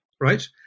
right